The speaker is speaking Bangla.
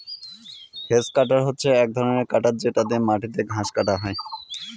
হেজ কাটার হচ্ছে এক ধরনের কাটার যেটা দিয়ে মাটিতে ঘাস কাটা হয়